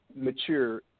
mature